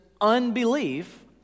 unbelief